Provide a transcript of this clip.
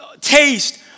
taste